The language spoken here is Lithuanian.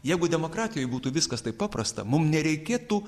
jeigu demokratijoj būtų viskas taip paprasta mum nereikėtų